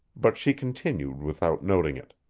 but she continued without noting it